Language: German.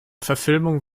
verfilmung